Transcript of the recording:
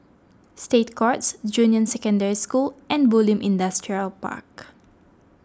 State Courts Junior Secondary School and Bulim Industrial Park